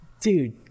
Dude